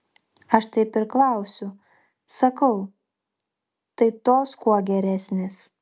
aš taip ir klausiu sakau tai tos kuo geresnės